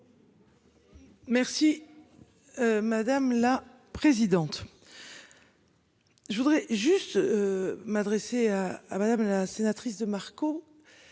Merci. Madame la présidente. Je voudrais juste. M'adresser à Madame la sénatrice de.